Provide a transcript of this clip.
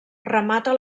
remata